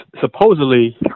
supposedly